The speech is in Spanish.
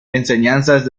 enseñanzas